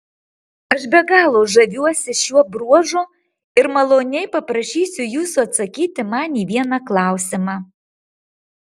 aš be galo žaviuosi šiuo bruožu ir maloniai paprašysiu jūsų atsakyti man į vieną klausimą